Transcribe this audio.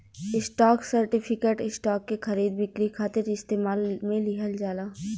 stock certificate, stock के खरीद बिक्री खातिर इस्तेमाल में लिहल जाला